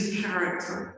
character